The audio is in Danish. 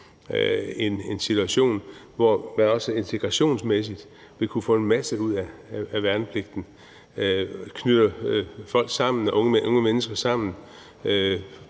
en situation, hvor man også integrationsmæssigt vil kunne få en masse ud af værnepligten, da det knytter folk og unge mennesker sammen